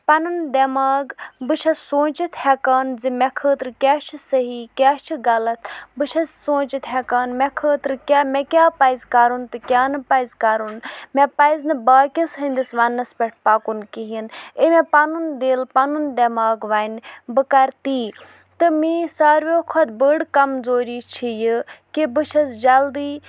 پَنُن دٮ۪ماغ بہٕ چھس سونٛچَتھ ہیٚکان زِ مےٚ خٲطرٕ کیاہ چھُ صحح کیاہ چھُ غلط بہ چھَس سونچِتھ ہیٚکان مےٚ خٲطرٕ کیاہ مےٚ کیاہ پَزِ کَرُن تہٕ کیاہ نہٕ پَزِ کَرُن مےٚ پَزِ نہٕ باقیس ۂندِس وَننَس پٮ۪ٹھ پَکُن کِہینۍ یہِ مےٚ پَنُن دِل پَنُن دٮ۪ماغ وَنہِ بہٕ کرٕ تی تہٕ میٲنۍ ساروے کھۄتہٕ بٔڑ کَمزوٗری چھِ یہِ کہِ بہٕ چھَس جلدی